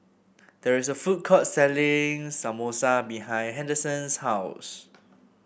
there is a food court selling Samosa behind Henderson's house